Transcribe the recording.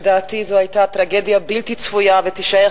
לדעתי זאת היתה טרגדיה בלתי צפויה ותישאר